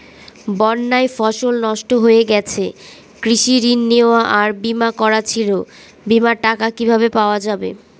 বন্যায় ফসল নষ্ট হয়ে গেছে কৃষি ঋণ নেওয়া আর বিমা করা ছিল বিমার টাকা কিভাবে পাওয়া যাবে?